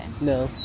No